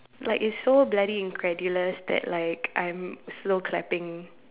like is so bloody in gradualness that like I'm slow clapping